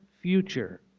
future